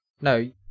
No